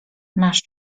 masz